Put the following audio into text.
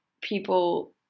people